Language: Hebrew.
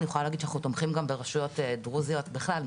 אני יכולה להגיד שאנחנו גם תומכים ברשויות דרוזיות בכלל,